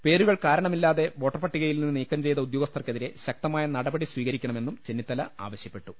പേരുകൾ കാരണമില്ലാതെ വോട്ടർപട്ടികയിൽ നിന്ന് നീക്കം ചെയ്ത ഉദ്യോഗസ്ഥർക്കെതിരെ നടപടി സ്വീകരിക്കണമെന്നും ചെന്നിത്തല ആവശ്യപ്പെട്ടു